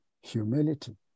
humility